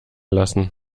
lassen